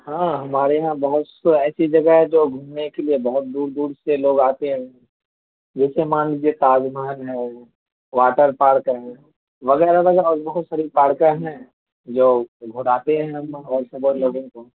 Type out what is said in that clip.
ہاں ہمارے یہاں بہت تو ایسی جگہ ہے جو گھومنے کے لیے بہت دور دور سے لوگ آتے ہیں جیسے مان لیجیے تاج محل ہے واٹر پارک ہے وغیرہ وغیرہ اور بہت ساری پارکیں ہیں جو گھماتے ہیں ہم لوگ اور اس میں بہت لوگوں کو